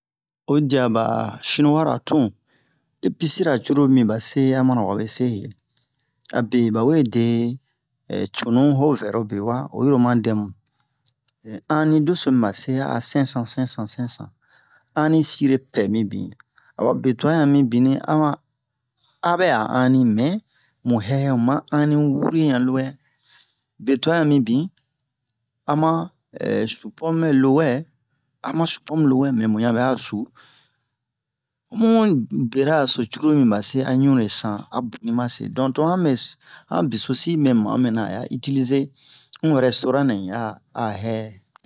oyi diya ɓa shiniwara tun epici-ra curulu mi ɓa se a mana wabe se heyɛ abe ɓawe de cunu ho vɛro bewa oyiri oma dɛ mu anni doso mi ɓa se a a sɛnsɛn sɛnsɛn anni sirepɛ mibin awa be twa ɲan mibinni a a a ɓɛ'a anni mɛ mu hɛhɛmu ma anni wure ɲan lowɛ be twa ɲan mibin ama supomu ɓɛ lowɛ ama supomu lowɛ mɛ mu ɲan ɓɛ'a su ho mu beraraso curulu mi ba se a ɲunle san a boni ɓa se donk to han me se han besosi mɛ ma'o minna a ya itilize un resitoran-nɛ in a a hɛ